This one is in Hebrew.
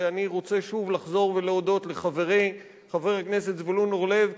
ואני רוצה שוב לחזור ולהודות לחברי חבר הכנסת זבולון אורלב.